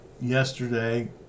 yesterday